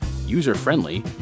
user-friendly